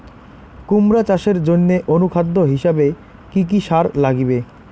কুমড়া চাষের জইন্যে অনুখাদ্য হিসাবে কি কি সার লাগিবে?